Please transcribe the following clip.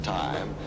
time